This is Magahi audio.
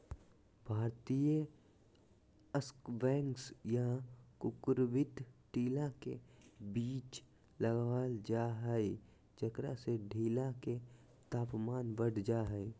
भारतीय स्क्वैश या कुकुरविता टीला के बीच लगावल जा हई, जेकरा से टीला के तापमान बढ़ जा हई